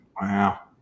Wow